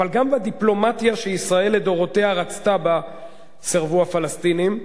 אבל גם בדיפלומטיה שישראל לדורותיה רצתה בה סירבו הפלסטינים.